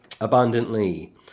abundantly